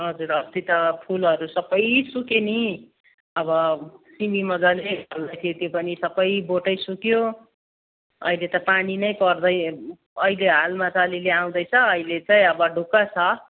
हजुर अस्ति त फुलहरू सबै सुक्यो नि अब सिमी मजाले फल्दै थियो त्यो पनि सबै बोटै सुक्यो अहिले त पानी नै पर्दै अहिले हालमा ता अलीअलि आउँदैछ अहिले चाहिँ अब ढुक्क छ